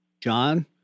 John